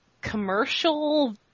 commercial